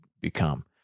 become